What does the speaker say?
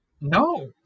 No